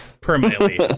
Permanently